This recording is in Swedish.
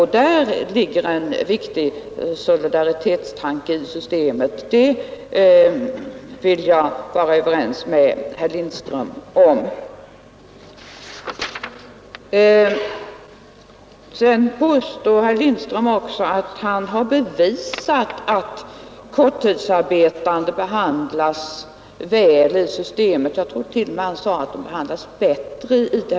Häri ligger en riktig solidaritetstanke i systemet. Det är jag överens med herr Lindström om. Herr Lindström påstår att han bevisat att korttidsarbetande behandlas väl med nuvarande ATP-system — jag tror t.o.m. att han sade att de behandlas bättre än andra.